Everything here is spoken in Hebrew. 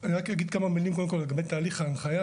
אני רק אגיד כמה מילים קודם כל לגבי תהליך ההנחיה.